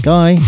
Guy